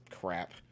crap